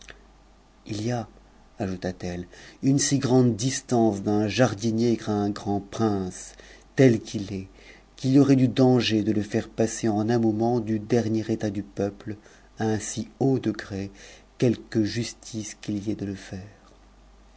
il y a ajouta-t-elle ne si grande distance d'un jardinier à un grand prince tel qu'il est y aurait du danger de le faire passer en un moment du dernier état du e à un si haut degré quelque justice qu'il y ait de le faire